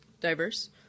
diverse